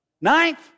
Ninth